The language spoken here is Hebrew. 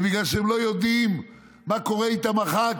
זה בגלל שהם לא יודעים מה קורה איתם מחר,